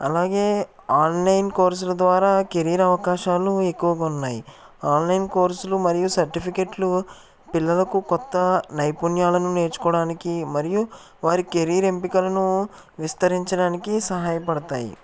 అలాగే ఆన్లైన్ కోల్సుల ద్వారా కెరీర్ అవకాశాలు ఎక్కువగా ఉన్నాయి ఆన్లైన్ కోర్సులు మరియు సర్టిఫికెట్లు పిల్లలకు కొత్త నైపుణ్యాలను నేర్చుకోవడానికి మరియు వారి కెరీర్ ఎంపికలను విస్తరించడానికి సహాయపడతాయి